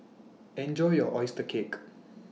Enjoy your Oyster Cake